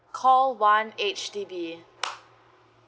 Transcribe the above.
call one H_D_B